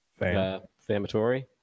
Famatory